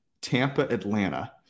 Tampa-Atlanta